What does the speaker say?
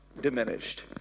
diminished